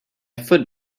foot